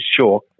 sure